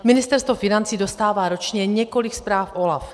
Ministerstvo financí dostává ročně několik zpráv OLAFu.